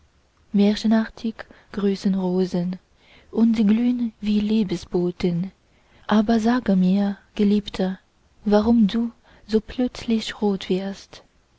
märchenartig grüßen rosen und sie glühn wie liebesboten aber sage mir geliebte warum du so plötzlich rot wirst